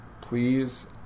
please